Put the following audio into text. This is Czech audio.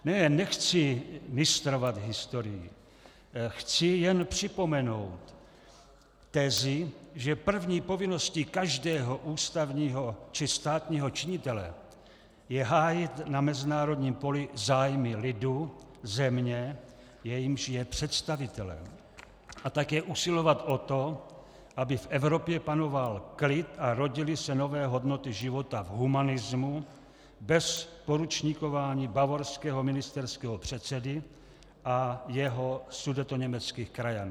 Ne, nechci mistrovat historii, chci jen připomenout tezi, že první povinností každého ústavního či státního činitele je hájit na mezinárodním poli zájmy lidu, země, jejímž je představitelem, a také usilovat o to, aby v Evropě panoval klid a rodily se nové hodnoty života v humanismu, bez poručníkování bavorského ministerského předsedy a jeho sudetoněmeckých krajanů.